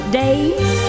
days